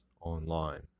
online